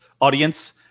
audience